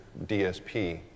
DSP